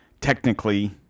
Technically